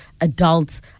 adults